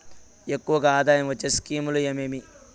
ఎక్కువగా ఆదాయం వచ్చే స్కీమ్ లు ఏమేమీ?